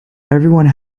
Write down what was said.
everyone